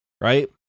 right